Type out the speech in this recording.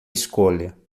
escolha